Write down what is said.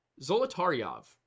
Zolotaryov